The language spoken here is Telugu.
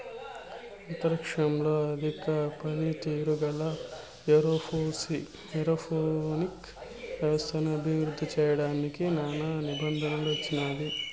అంతరిక్షంలో అధిక పనితీరు గల ఏరోపోనిక్ వ్యవస్థను అభివృద్ధి చేయడానికి నాసా నిధులను ఇచ్చినాది